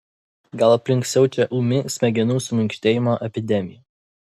gal aplink siaučia ūmi smegenų suminkštėjimo epidemija